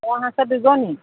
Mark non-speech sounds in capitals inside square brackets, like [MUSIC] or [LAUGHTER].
[UNINTELLIGIBLE] আছে দুজনী